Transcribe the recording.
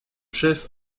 chef